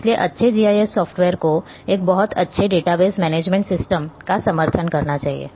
इसलिए अच्छे GIS softwares को एक बहुत अच्छे डेटाबेस मैनेजमेंट सिस्टम का समर्थन करना चाहिए